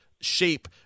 shape